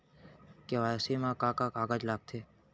KYC मा का का कागज लगथे?